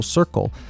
Circle 。